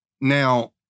Now